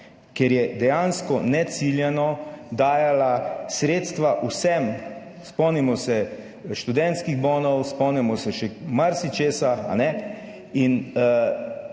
ker je dejansko neciljano dajala sredstva vsem. Spomnimo se študentskih bonov, spomnimo se še marsičesa. Zdaj,